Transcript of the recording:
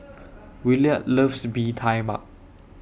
Williard loves Bee Tai Mak